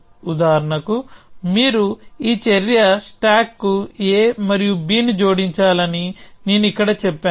ఉదాహరణకు మీరు ఈ చర్య స్టాక్ కు a మరియు b ని జోడించాలని నేను ఇక్కడ చెప్పాను